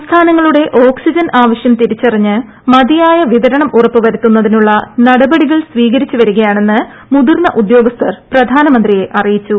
സംസ്ഥാനങ്ങളുടെ ഓക്സിജൻ ആവശ്യം തിരിച്ചറിഞ്ഞ് മതിയായ വിതരണം ഉറപ്പു വരുത്തുന്നതിനുള്ള നടപടികൾ സ്വീകരിച്ചു വരിക യാണെന്ന് മുതിർന്ന ഉദ്യോഗസ്ഥർ പ്രധാനമന്ത്രിയെ അറിയിച്ചു